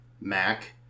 Mac